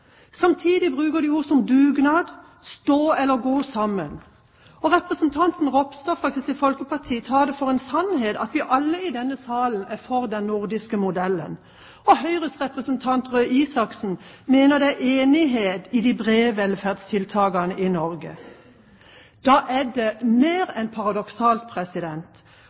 Samtidig bruker de ord som «dugnad», stå eller gå sammen. Representanten Ropstad fra Kristelig Folkeparti tar det for en sannhet at vi alle i denne salen er for den nordiske modellen, og Høyres representant Røe Isaksen mener det er enighet om de brede velferdstiltakene i Norge. Da er det mer enn paradoksalt